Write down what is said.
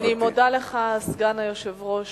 אני מודה לך, סגן היושב-ראש,